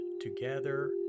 together